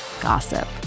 gossip